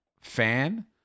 fan